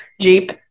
Jeep